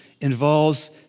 involves